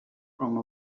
from